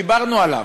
דיברנו עליו.